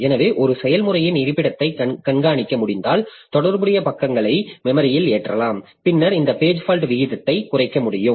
எனவே ஒரு செயல்முறையின் இருப்பிடத்தை கண்காணிக்க முடிந்தால் தொடர்புடைய பக்கங்களை மெமரியில் ஏற்றலாம் பின்னர் இந்தபேஜ் ஃபால்ட் வீதத்தை குறைக்க முடியும்